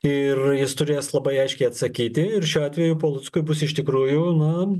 ir jis turės labai aiškiai atsakyti ir šiuo atveju paluckui bus iš tikrųjų na